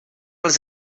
els